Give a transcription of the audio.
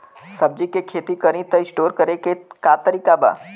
सब्जी के खेती करी त स्टोर करे के का तरीका बा?